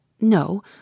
No